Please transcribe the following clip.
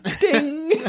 Ding